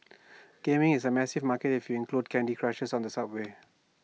gaming is A massive market if you include candy Crushers on the subway